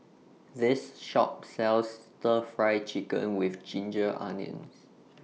This Shop sells Stir Fry Chicken with Ginger Onions